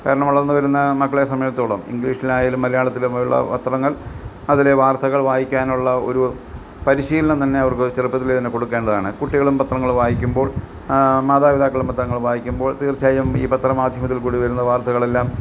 കാരണം വളർന്ന് വരുന്ന മക്കളെ സംബന്ധിച്ചെടുത്തോളം ഇംഗ്ലീഷിലായാലും മലയാളത്തിൽ പോലുള്ള പത്രങ്ങൾ അതിലെ വാർത്തകൾ വായിക്കാനുള്ള ഒരു പരിശീലനം തന്നെ അവർക്ക് ചെറുപ്പത്തിലേത്തന്നെ കൊടുക്കേണ്ടതാണ് കുട്ടികളും പത്രങ്ങൾ വായിക്കുമ്പോൾ മാതാപിതാക്കളും പത്രങ്ങൾ വായിക്കുമ്പോൾ തീർച്ചയായും ഈ പത്ര മാധ്യമത്തിൽക്കൂടി വരുന്ന വാർത്തകളെല്ലാം